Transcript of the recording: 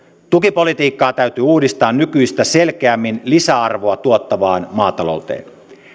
tukipolitiikkaa täytyy uudistaa nykyistä selkeämmin lisäarvoa tuottavaan maatalouteen